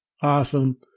Awesome